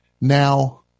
Now